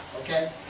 okay